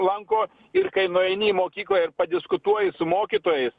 lanko ir kai nueini į mokyklą ir padiskutuoji su mokytojais